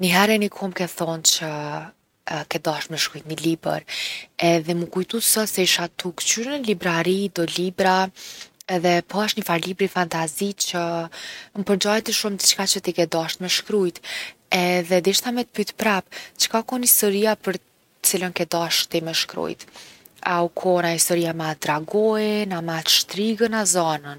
Niher e ni kohë m’ke thonë që ke dasht me shkrujt ni libër. Edhe mu kujtu sot se isha tu kqyr n’librari do libra edhe e pashë nifar libri fantazi që m’perngjajti shumë diçka që ti ke dasht me shkrujt. Edhe deshta me t’pytë prap, çka u kon historia për t’cilën ke dasht ti me shkrujt? A u kon ajo historia me atë dragoin, me atë shtrigën, a zanën?